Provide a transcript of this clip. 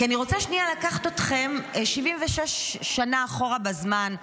כי אני רוצה שנייה לקחת אתכם 76 שנה אחורה בזמן,